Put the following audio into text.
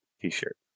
t-shirt